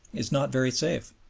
is not very safe.